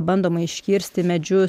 bandoma iškirsti medžius